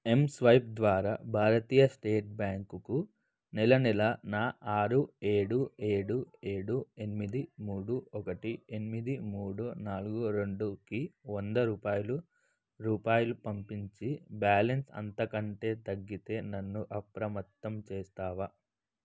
ఎమ్స్వైప్ ద్వారా భారతీయ స్టేట్ బ్యాంకుకు నెల నెల నా ఆరు ఏడు ఏడు ఏడు ఎనిమిది మూడు ఒకటి ఎనిమిది మూడు నాలుగు రెండుకి వంద రూపాయలు రూపాయలు పంపించి బ్యాలెన్స్ అంతకంటే తగ్గితే నన్ను అప్రమత్తం చేస్తావా